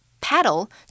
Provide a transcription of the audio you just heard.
paddle